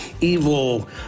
evil